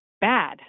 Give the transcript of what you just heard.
bad